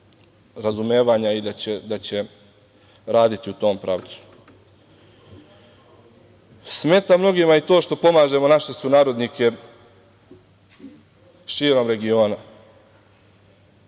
razumevanja i da će raditi u tom pravcu. Smeta mnogima i to što pomažemo naše sunarodnike širom regiona.